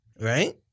right